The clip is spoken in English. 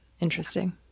Interesting